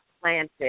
planted